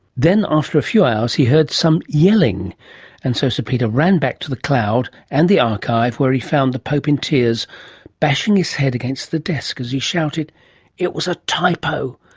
then after a few hours, he heard some yelling and so st so peter ran back to the cloud and the archive where he found the pope in tears bashing his head against the desk as he shouted it was a typo.